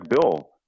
Bill